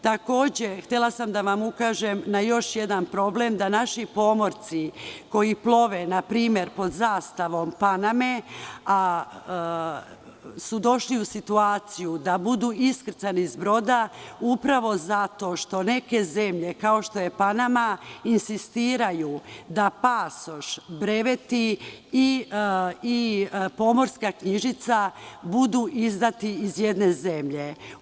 Takođe, htela sam da vam ukažem na još jedan problem, a to je da su naši pomorci koji plove pod zastavom Paname, na primer, došli u situaciju da budu iskrcani s broda upravo zato što neke zemlje kao što je Panama insistiraju da pasoš, breveti i pomorska knjižica budu izdati iz jedne zemlje.